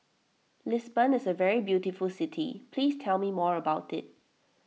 Lisbon is a very beautiful city please tell me more about it